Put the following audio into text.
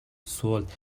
sold